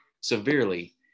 severely